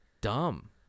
dumb